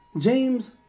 James